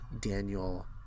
Daniel